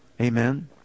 Amen